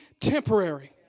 temporary